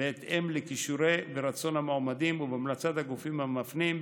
בהתאם לכישורי המועמדים ורצונם ובהמלצת הגופים המפנים,